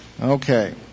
Okay